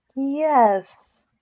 Yes